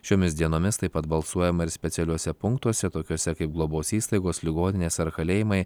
šiomis dienomis taip pat balsuojama ir specialiuose punktuose tokiuose kaip globos įstaigos ligoninės ar kalėjimai